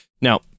Now